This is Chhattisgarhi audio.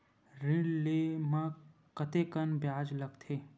ऋण ले म कतेकन ब्याज लगथे?